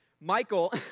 Michael